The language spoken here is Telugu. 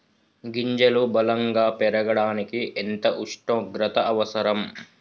గింజలు బలం గా పెరగడానికి ఎంత ఉష్ణోగ్రత అవసరం?